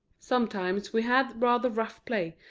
sometimes we had rather rough play,